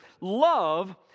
love